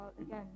again